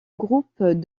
groupe